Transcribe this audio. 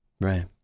Right